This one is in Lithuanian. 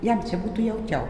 jam čia būtų jaukiau